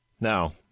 now